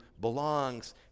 belongs